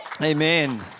Amen